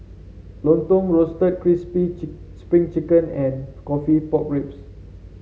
lontong Roasted Crispy Spring Chicken and coffee Pork Ribs